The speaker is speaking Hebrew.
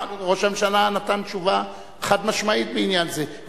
ראש הממשלה נתן תשובה חד-משמעית בעניין זה,